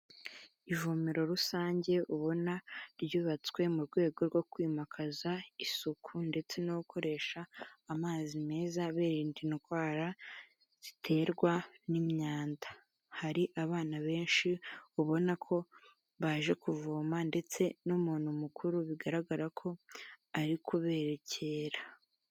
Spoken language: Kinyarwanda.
Ivomero rusange ubona ryubatswe mu rwego rwo kwimakaza isuku ndetse no gukoresha amazi meza birinda indwara ziterwa n'imyanda. Hari abana benshi ubona ko baje kuvoma ndetse n'umuntu mukuru bigaragara ko ari kuberekera.